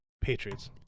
Patriots